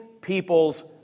people's